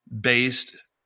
based